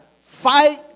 Fight